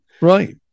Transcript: right